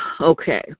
Okay